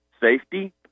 safety